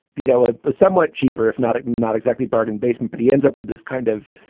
you know, a somewhat cheaper, if not a not exactly bargain basement. but he ends up with this kind of,